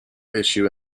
issue